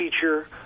teacher